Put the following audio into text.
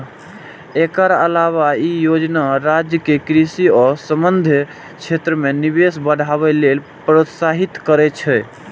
एकर अलावे ई योजना राज्य कें कृषि आ संबद्ध क्षेत्र मे निवेश बढ़ावे लेल प्रोत्साहित करै छै